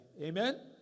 Amen